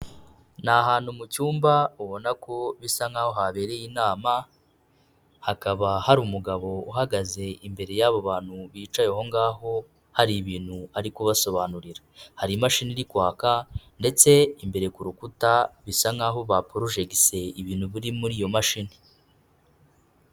Ni ahantu mu cyumba ubona ko bisa nkaho habereye inama, hakaba hari umugabo uhagaze imbere y'abo bantu bicaye aho ngaho, hari ibintu ari kubasobanurira. Hari imashini iri kwaka ndetse imbere ku rukuta bisa nkaho baporojegise ibintu biri muri iyo mashini.